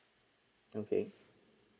okay